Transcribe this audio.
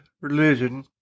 religion